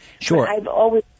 Sure